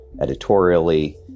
editorially